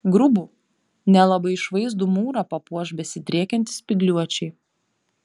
grubų nelabai išvaizdų mūrą papuoš besidriekiantys spygliuočiai